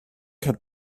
had